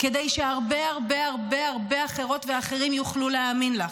כדי שהרבה הרבה הרבה אחרות ואחרים יוכלו להאמין לך,